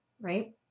right